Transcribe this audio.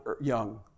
young